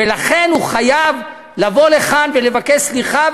ולכן הוא חייב לבוא לכאן ולבקש סליחה,